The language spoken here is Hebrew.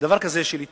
דבר כזה של איתור,